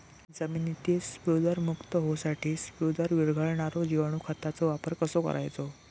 जमिनीतील स्फुदरमुक्त होऊसाठीक स्फुदर वीरघळनारो जिवाणू खताचो वापर कसो करायचो?